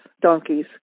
donkeys